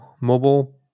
mobile